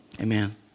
Amen